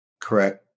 Correct